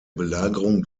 belagerung